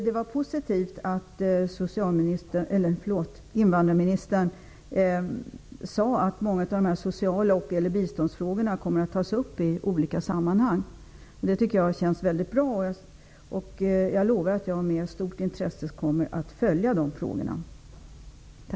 Det var positivt att invandrarministern sade att många av dessa sociala frågor och/eller biståndsfrågor kommer att tas upp i olika sammanhang. Jag tycker att det känns mycket bra. Jag lovar att jag kommer att följa dessa frågor med stort intresse. Jag vill också tacka invandrarministern för detta.